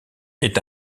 est